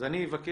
אז אני אבקש